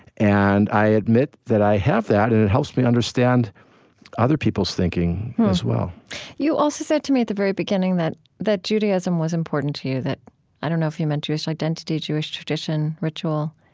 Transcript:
and i admit that i have that, and it helps me understand other people's thinking as well you also said to me at the very beginning that that judaism was important to you, that i don't know if you meant jewish identity, jewish tradition, ritual